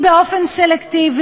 איך ידעת?